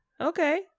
okay